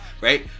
Right